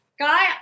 guy